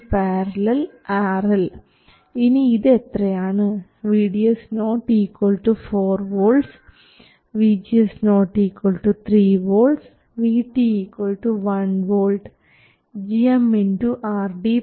ആദ്യമായി triode region limit ഞാൻ triode region limit എന്നുപറയുമ്പോൾ ഈ ഇനിക്വാലിറ്റി എഴുതുന്നു അങ്ങനെ ട്രാൻസിസ്റ്റർ സാച്ചുറേഷൻ റീജിയണിൽ തന്നെ നിൽക്കുന്നു